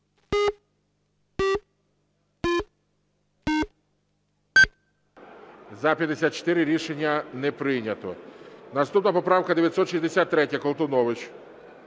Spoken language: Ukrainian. За-54 Рішення не прийнято. Наступна поправка 963. Колтунович.